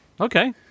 Okay